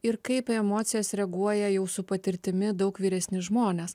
ir kaip į emocijas reaguoja jau su patirtimi daug vyresni žmonės